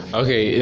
okay